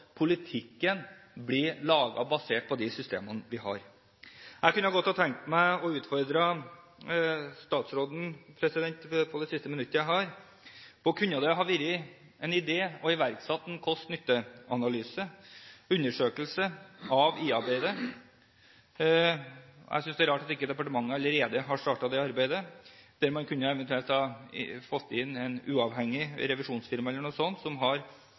politikken blir laget basert på de systemene vi har. Jeg kunne godt tenkt meg å utfordre statsråden i det siste minuttet jeg har, på om det kunne vært en idé å iverksette en kost–nytte-analyse, en undersøkelse, av IA-arbeidet. Jeg synes det er rart at ikke departementet allerede har startet det arbeidet. Der kunne man eventuelt ha fått inn et uavhengig revisjonsfirma som laget en oversikt over alle de statlige midlene vi bruker på dette, og